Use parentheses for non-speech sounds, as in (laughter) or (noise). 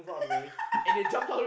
(laughs)